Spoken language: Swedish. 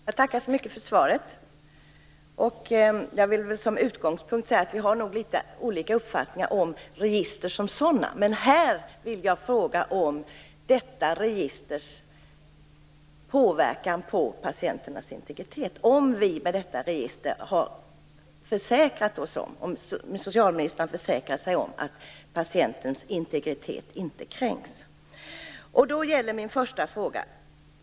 Herr talman! Jag tackar så mycket för svaret. Som utgångspunkt vill jag säga att vi nog har litet olika uppfattningar om register som sådana. Men här vill jag fråga om detta registers påverkan på patienternas integritet och om socialministern med detta register har försäkrat sig om att patientens integritet inte kränks.